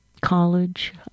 college